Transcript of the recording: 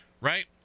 right